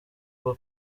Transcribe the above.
bwo